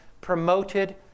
promoted